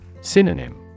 Synonym